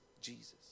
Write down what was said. Jesus